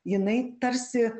jinai tarsi